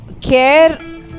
Care